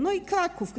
No i Kraków.